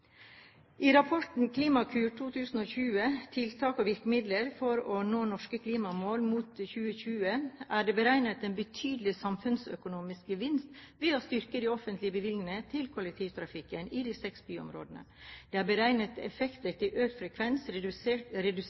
I rapporten Klimakur 2020 – Tiltak og virkemidler for å nå norske klimamål mot 2020, er det beregnet en betydelig samfunnsøkonomisk gevinst ved å styrke de offentlige bevilgningene til kollektivtrafikken i de seks byområdene. Det er beregnet effekter av økt frekvens,